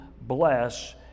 bless